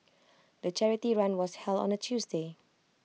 the charity run was held on A Tuesday